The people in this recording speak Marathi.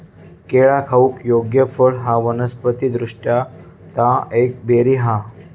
केळा खाऊक योग्य फळ हा वनस्पति दृष्ट्या ता एक बेरी हा